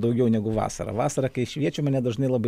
daugiau negu vasarą vasarą kai šviečia mane dažnai labai